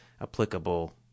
applicable